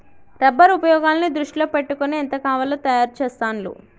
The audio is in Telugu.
రబ్బర్ ఉపయోగాలను దృష్టిలో పెట్టుకొని ఎంత కావాలో తయారు చెస్తాండ్లు